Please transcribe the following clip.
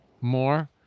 more